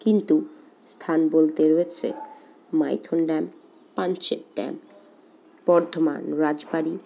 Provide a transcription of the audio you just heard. কিন্তু স্থান বলতে রয়েছে মাইথন ড্যাম পাঞ্চেত ড্যাম বর্ধমান রাজবাড়ি